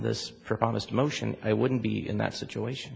this promised motion i wouldn't be in that situation